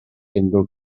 unrhyw